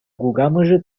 кукамӑшӗ